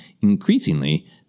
Increasingly